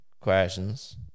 questions